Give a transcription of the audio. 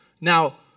Now